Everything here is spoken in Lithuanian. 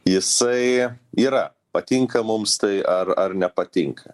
jisai yra patinka mums tai ar ar nepatinka